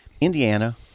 Indiana